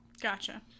Gotcha